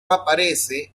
aparece